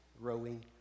growing